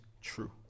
true